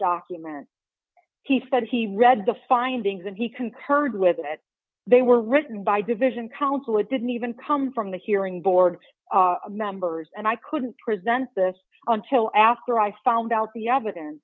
document he said he read the findings and he concurred with it they were written by division counsel it didn't even come from the hearing board members and i couldn't present this until after i found out the